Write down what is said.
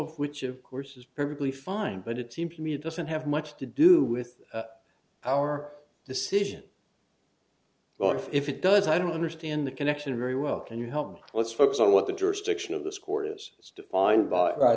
of which of course is perfectly fine but it seems to me it doesn't have much to do with our decision but if it does i don't understand the connection very well can you help me let's focus on what the jurisdiction of this court is as defined by